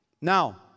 Now